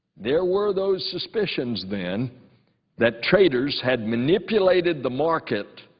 there were those suspicions then that traders had manipulated the market